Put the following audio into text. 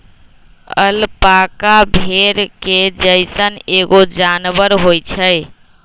alpaca भेड़ के जइसन एगो जानवर होई छई